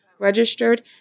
Registered